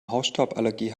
hausstauballergie